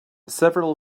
several